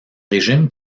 régime